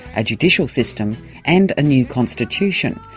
a judicial system and a new constitution,